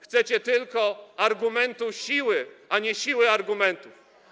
Chcecie tylko argumentu siły, a nie siły argumentów.